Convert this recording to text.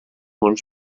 uns